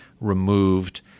removed